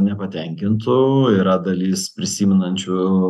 nepatenkintų yra dalis prisimenančių